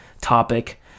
topic